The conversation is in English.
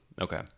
Okay